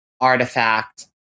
artifact